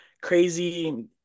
crazy